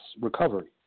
recovery